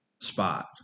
spot